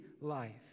life